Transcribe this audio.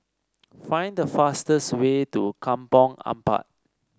find the fastest way to Kampong Ampat